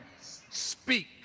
speak